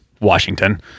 Washington